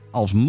als